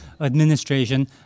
administration